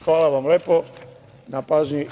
Hvala vam lepo na pažnji.